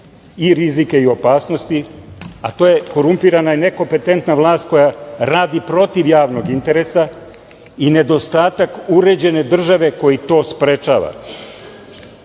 i rizike i opasnosti, a to je korumpirana i nekompetentna vlast koja radi protiv javnog interesa i nedostatak uređene države koji to sprečava.